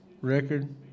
record